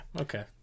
okay